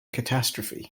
catastrophe